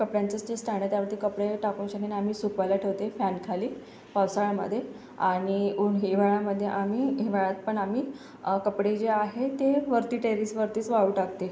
कपड्यांचा जे स्टँड आहे त्यावरती कपडे टाकून आम्ही सुकवायला ठेवते फॅनखाली पावसाळ्यामध्ये आणि उन्हा हिवाळ्यामध्ये आम्ही हिवाळ्यात पण आम्ही कपडे जे आहे ते वरती टेरीसवरतीच वाळू टाकते